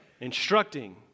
instructing